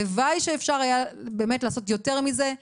הלוואי שאפשר היה באמת לעשות יותר מזה.